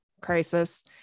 crisis